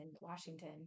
Washington